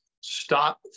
stop